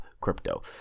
crypto